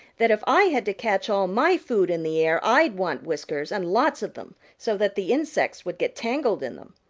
that if i had to catch all my food in the air i'd want whiskers and lots of them so that the insects would get tangled in them.